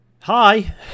hi